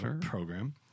program